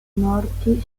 morti